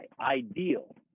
ideal